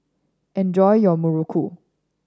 enjoy your muruku